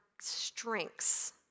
strengths